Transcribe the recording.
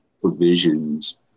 provisions